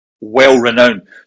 well-renowned